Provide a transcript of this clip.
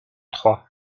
trois